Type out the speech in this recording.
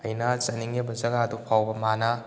ꯑꯩꯅ ꯆꯠꯅꯤꯡꯉꯤꯕ ꯖꯒꯥꯗꯨ ꯐꯥꯎꯕ ꯃꯥꯅ